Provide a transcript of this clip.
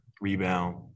rebound